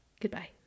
Goodbye